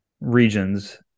regions